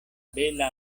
bela